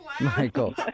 Michael